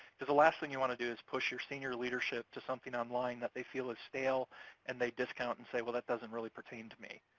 the last thing you wanna do is push your senior leadership to something online that they feel is stale and they discount and say, well, that doesn't really pertain to me.